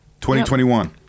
2021